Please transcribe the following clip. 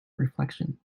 reflection